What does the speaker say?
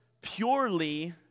purely